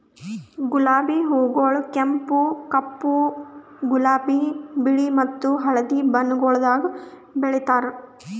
ಗುಲಾಬಿ ಹೂಗೊಳ್ ಕೆಂಪು, ಕಪ್ಪು, ಗುಲಾಬಿ, ಬಿಳಿ ಮತ್ತ ಹಳದಿ ಬಣ್ಣಗೊಳ್ದಾಗ್ ಬೆಳೆತಾರ್